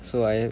so I